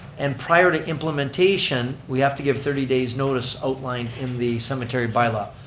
and prior to implementation, we have to give thirty days notice outlined in the cemetery by-law.